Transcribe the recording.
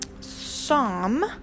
Psalm